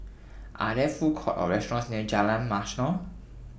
Are There Food Courts Or restaurants near Jalan Mashhor